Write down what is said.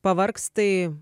pavargs tai